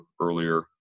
earlier